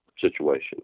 situation